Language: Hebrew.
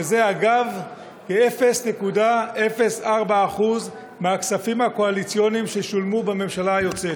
שזה אגב כ-0.04% מהכספים הקואליציוניים ששולמו בממשלה היוצאת.